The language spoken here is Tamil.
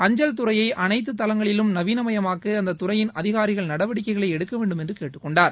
அஞ்சல் துறையை அனைத்து தளங்களிலும் நவீனமயமாக்க அந்த துறையின் அதிகாரிகள் நடவடிக்கைகளை எடுக்க வேண்டும் என்று கேட்டுக்கொண்டார்